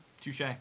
touche